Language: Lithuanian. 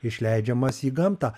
išleidžiamas į gamtą